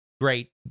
great